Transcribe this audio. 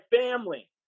family